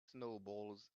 snowballs